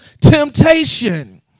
temptation